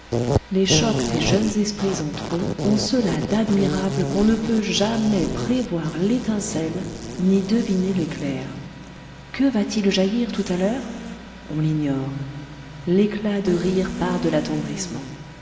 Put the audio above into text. les chocs des jeunes esprits entre eux ont cela d'admirable qu'on ne peut jamais prévoir l'étincelle ni deviner l'éclair que va-t-il jaillir tout à l'heure on l'ignore l'éclat de rire part de